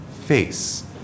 face